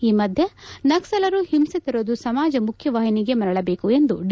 ಈ ಮಧ್ಯೆ ನಕ್ಷಲರು ಹಿಂಸೆ ತೊರೆದು ಸಮಾಜ ಮುಖ್ಯವಾಹಿನಿಗೆ ಮರಳ ಬೇಕು ಎಂದು ಡಿ